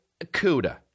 Cuda